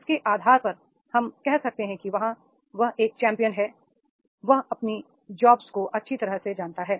उसके आधार पर हम कहते हैं कि हाँ वहां एक चैंपियन है वह अपनी जॉब्स को अच्छी तरह से जानता है